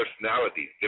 personalities